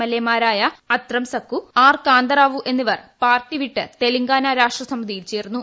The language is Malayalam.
എൽഎ മാരായ അത്രംസക്കു ആർ കാന്തറാവു എന്നിവ്ർ പാർട്ടി വിട്ട് തെലങ്കാന രാഷ്ട്രസമിതിയിൽ ചേർന്നു